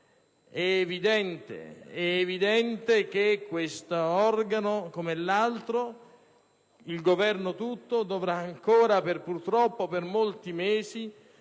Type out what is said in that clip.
È evidente che questa Camera, come l'altra ed il Governo tutto, dovranno ancora, purtroppo per molti mesi,